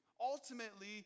ultimately